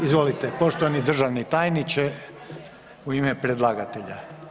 Izvolite poštovani državni tajniče u ime predlagatelja.